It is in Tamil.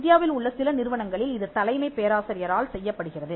இந்தியாவில் உள்ள சில நிறுவனங்களில் இது தலைமை பேராசிரியரால் செய்யப்படுகிறது